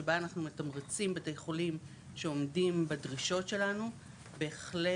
שבה אנחנו מתמרצים בתי חולים שעומדים בדרישות שלנו ובהחלט